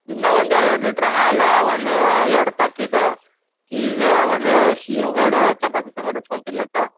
ದಿನಾ ಒಂದು ಎರಡು ಎರಡು ಲೀಟ್ರ್ ಹಾಲು ಒಂದು ಎರಡು ಪಾಕೀಟ ಖೀರು ಒಂದು ಶ್ ಯೋಗಾಡ ಚಪಾತಿ ಸಂಗಡ ಹಚ್ಕೊಂಡ್ ತಿನ್ಲಿಕ್ಕೆ